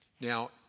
Now